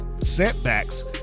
setbacks